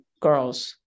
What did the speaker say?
girls